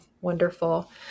wonderful